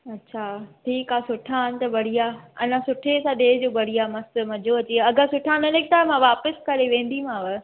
अछा ठीकु आहे सुठा आहिनि त बढ़िया अञा सुठे सां ॾिजो बढ़िया मस्तु मज़ो अचे आ अगरि सुठा न निकिता मां वापसि करे वेंदीमांव